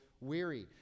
weary